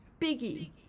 biggie